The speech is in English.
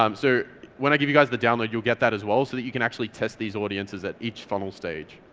um so when i give you guys the download, you'll get that as well so that you can actually test these audiences at each funnel stage.